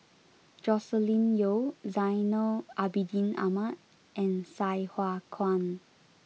Joscelin Yeo Zainal Abidin Ahmad and Sai Hua Kuan